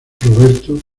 roberto